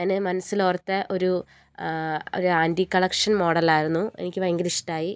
ഞാൻ മനസ്സിൽ ഓർത്ത ഒരു ആ ഒരു ആൻറ്റി കളക്ഷൻ മോഡലായിരുന്നു എനിക്ക് ഭയങ്കര ഇഷ്ട്ടമായി